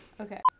Okay